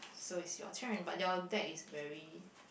so it's your turn but your deck is very